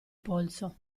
polso